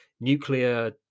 nuclear